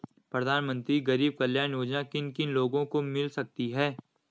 प्रधानमंत्री गरीब कल्याण योजना किन किन लोगों को मिल सकती है?